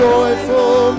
Joyful